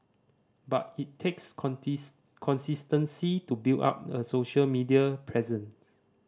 but it takes consistency to build up a social media presence